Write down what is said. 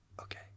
Okay